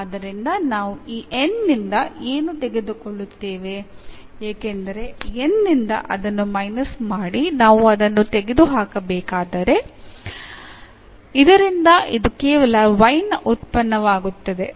ಆದ್ದರಿಂದ ನಾವು ಈ N ನಿಂದ ಏನು ತೆಗೆದುಕೊಳ್ಳುತ್ತೇವೆ ಏಕೆಂದರೆ N ನಿಂದ ಅದನ್ನು ಮೈನಸ್ ಮಾಡಿ ನಾವು ಅದನ್ನು ತೆಗೆದುಹಾಕಬೇಕಾಗಿದೆ ಇದರಿಂದ ಇದು ಕೇವಲ y ನ ಉತ್ಪನ್ನವಾಗುತ್ತದೆ